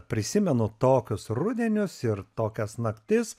prisimenu tokius rudenius ir tokias naktis